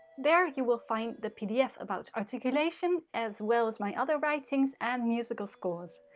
there you will find the pdf about articulation as well as my other writings and musical scores.